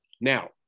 Now